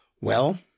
Well